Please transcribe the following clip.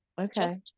okay